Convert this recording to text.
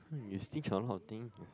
oh you stinge on a lot of thing